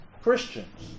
Christians